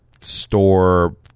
store